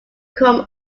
quorum